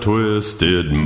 twisted